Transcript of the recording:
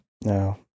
No